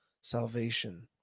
salvation